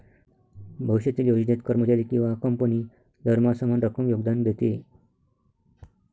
भविष्यातील योजनेत, कर्मचारी किंवा कंपनी दरमहा समान रक्कम योगदान देते